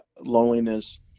loneliness